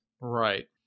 Right